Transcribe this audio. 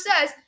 says